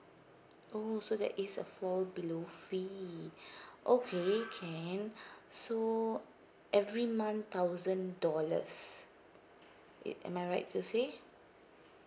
oh so there is a fall below fee okay can so every month thousand dollars it am I right to say